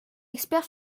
expert